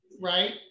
Right